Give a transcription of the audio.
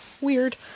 weird